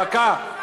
למה לאישה?